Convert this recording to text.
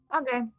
Okay